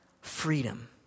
freedom